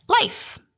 life